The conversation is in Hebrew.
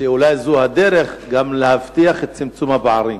שאולי זו הדרך גם להבטיח את צמצום הפערים,